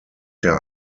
der